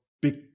big